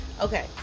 okay